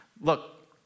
look